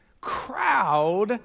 crowd